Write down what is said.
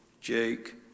Jake